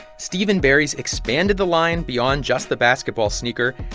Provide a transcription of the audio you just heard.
steve and barry's expanded the line beyond just the basketball sneaker.